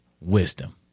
wisdom